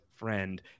Friend